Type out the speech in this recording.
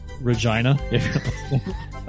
Regina